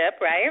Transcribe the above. right